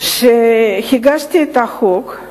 שהגשתי את החוק,